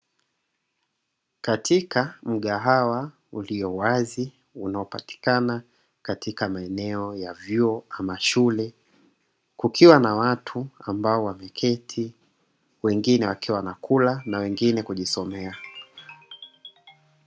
Katika mgahawa ulio wazi, unao patikana katika maeneo ya vyuo ama shule, kukiwa na watu ambao wameketi, wengine wakiwa wanakula na wengine kujisomea.